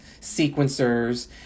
sequencers